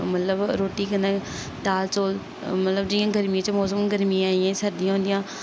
मतलब रोटी कन्नै दाल चौल मतलब जियां गर्मियें च मौसम गर्मियां आई गेई सर्दियां होंदियां